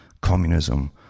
Communism